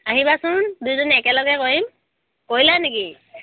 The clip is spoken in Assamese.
আহিবাচোন দুজনী একেলগে কৰিম কৰিলা নেকি